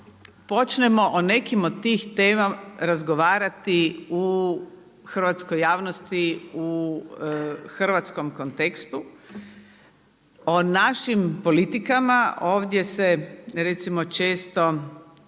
počnemo o nekim od tih tema razgovarati u hrvatskoj javnosti u hrvatskom kontekstu o našim politikama. Ovdje se recimo često